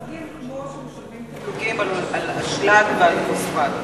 תמלוגים, כמו שמשלמים על אשלג ועל פוספטים.